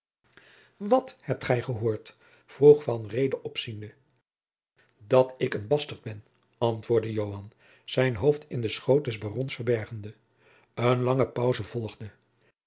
wat hebt gij gehoord vroeg van reede opziende dat ik een bastert ben antwoordde joan zijn hoofd in den schoot des barons verbergende eene lange pause volgde